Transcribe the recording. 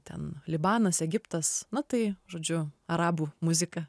ten libanas egiptas na tai žodžiu arabų muzika